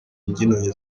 mbyino